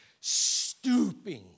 stooping